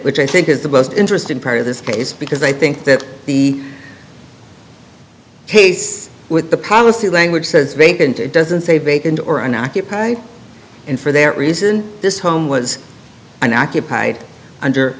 which i think is the most interesting part of this case because i think that the case with the policy language says vacant it doesn't say vacant or unoccupied for their reason this home was unoccupied under